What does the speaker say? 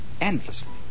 Endlessly